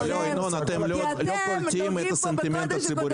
אתם לא קולטים את זה.